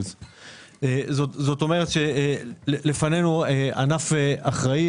זאת אומרת שלפנינו ענף אחראי.